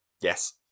Yes